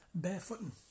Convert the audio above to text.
Barefooting